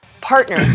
partner